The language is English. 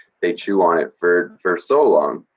they chew on it for, for so long,